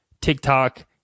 TikTok